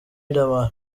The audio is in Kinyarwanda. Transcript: riderman